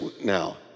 now